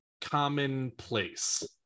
commonplace